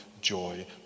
joy